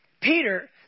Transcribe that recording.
Peter